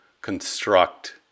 construct